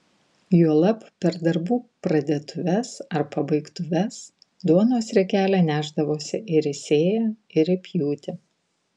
juolab per darbų pradėtuves ar pabaigtuves duonos riekelę nešdavosi ir į sėją ir į pjūtį